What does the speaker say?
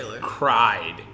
cried